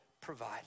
provide